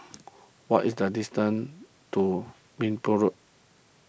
what is the distance to Minbu Road